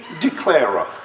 declarer